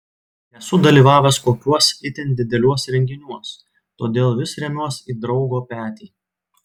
nesu dalyvavęs kokiuos itin dideliuos renginiuos todėl vis remiuos į draugo petį